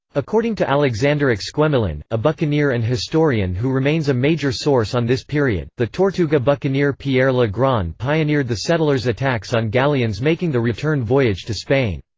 according to alexandre exquemelin, a buccaneer and historian who remains a major source on this period, the tortuga buccaneer pierre le grand pioneered the settlers' attacks on galleons making the return voyage to spain.